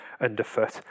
underfoot